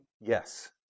Yes